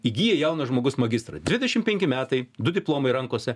įgyja jaunas žmogus magistrą dvidešim penki metai du diplomai rankose